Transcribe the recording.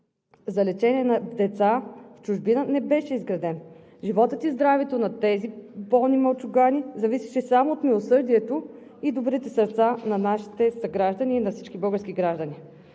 за лечение на деца в чужбина не бяха изградени. Животът и здравето на тези болни малчугани зависеше само от милосърдието и добрите сърца на всички български граждани.